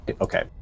Okay